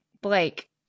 Blake